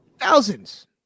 Thousands